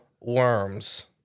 worms